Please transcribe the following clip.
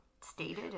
stated